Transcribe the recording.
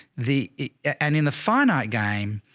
the end in the finite game,